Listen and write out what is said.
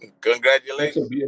Congratulations